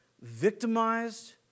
victimized